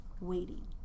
waiting